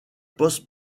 poste